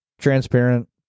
Transparent